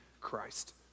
Christ